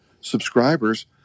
subscribers